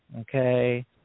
Okay